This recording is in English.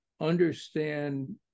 understand